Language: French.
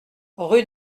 rue